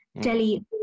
Delhi